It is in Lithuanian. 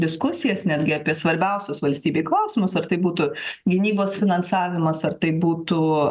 diskusijas netgi apie svarbiausius valstybei klausimus ar tai būtų gynybos finansavimas ar tai būtų